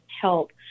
help